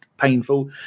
painful